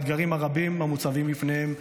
נוכח האתגרים הרבים המוצבים לפניהם,